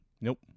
Nope